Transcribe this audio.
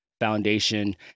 Foundation